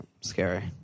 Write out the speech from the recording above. scary